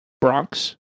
Bronx